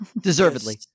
Deservedly